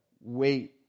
wait